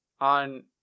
on